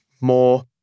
more